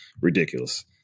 ridiculous